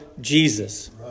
Jesus